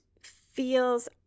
feels